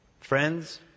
friends